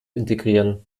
integrieren